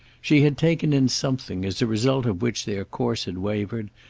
she had taken in something as a result of which their course had wavered,